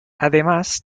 además